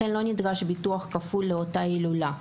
ולכן לא נדרש ביטוח כפול לאותה הילולה.